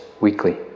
weekly